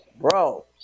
bro